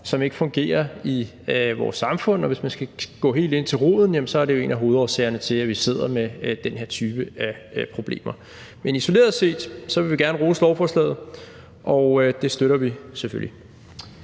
som ikke fungerer i vores samfund, og hvis man skal gå helt til kernen, er det jo en af hovedårsagerne til, at vi sidder med den her type af problemer. Men isoleret set vil vi gerne rose lovforslaget, og vi støtter det selvfølgelig.